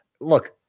Look